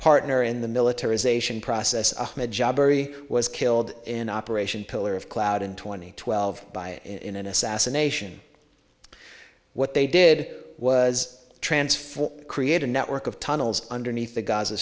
partner in the military is ation process was killed in operation pillar of cloud and twenty twelve by in an assassination what they did was transform create a network of tunnels underneath the gaza